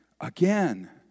Again